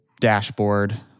dashboard